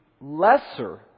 lesser